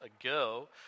ago